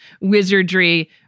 wizardry